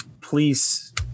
please